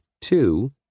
two